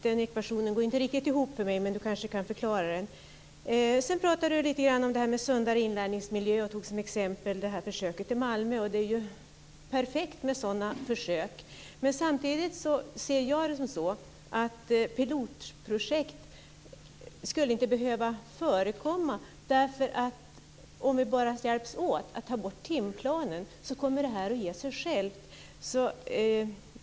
Den ekvationen går inte riktigt ihop, men han kanske kan förklara det. Lars Wegendal talade om sundare invänjningsmiljö och tog som exempel försöket i Malmö. Det är perfekt med sådana försök. Samtidigt ser jag det som så att pilotprojekt inte skulle behöva förekomma. Om vi bara hjälptes åt att ta bort timplanen kommer det här att ge sig självt.